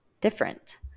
different